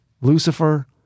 Lucifer